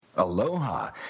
Aloha